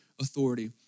authority